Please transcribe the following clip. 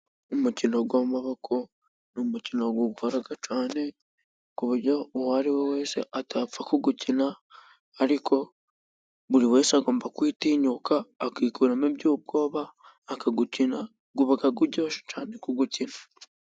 Umukino w'amaboko ni umukino wo gukora cyane ku buryo uwari we wese atapfa kuwukina, ariko buri wese agomba kwitinyuka akikuramo iby'ubwoba, akawukina, biba biryoshye cyane kuwukina.